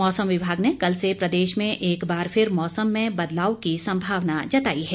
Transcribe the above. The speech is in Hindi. मौसम विभाग ने कल से प्रदेश में एक बार फिर मौसम में बदलाव की संभावना जताई हैं